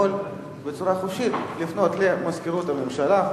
יכול בצורה חופשית לפנות למזכירות הממשלה,